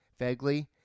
Fegley